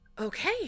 Okay